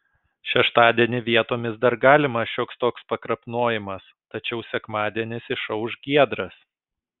šeštadienį vietomis dar galimas šioks toks pakrapnojimas tačiau sekmadienis išauš giedras